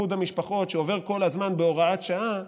איחוד המשפחות, שעובר כל הזמן בהוראת שעה,